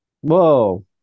Whoa